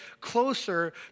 closer